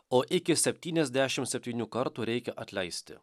o iki septyniasdešimt septynių kartų reikia atleisti